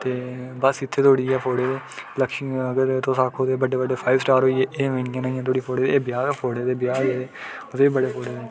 ते बस इत्थें धोड़ी गै फोड़े लक्ष्मी अगर तुस आक्खो तां बड्डे बड्डे फाईव स्टार होई गे एह् धोड़ी ऐ निं एह् ब्याह् आह्ले फोड़े दे ते तुसें बी बड़े फोड़े दे